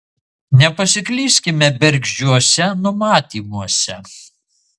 nepasiklyskime bergždžiuose numatymuose